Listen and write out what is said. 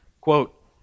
Quote